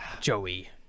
Joey